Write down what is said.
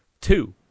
two